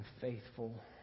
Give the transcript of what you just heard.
faithful